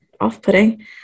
off-putting